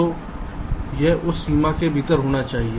तो यह उस सीमा के भीतर होना चाहिए